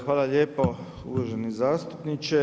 Hvala lijepo uvaženi zastupniče.